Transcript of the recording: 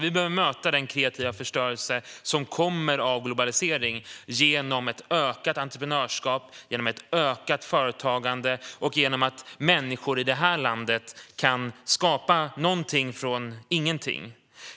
Vi behöver möta den kreativa förstörelse som kommer av globalisering genom ett ökat entreprenörskap och ett ökat företagande och genom att människor i det här landet kan skapa någonting från ingenting.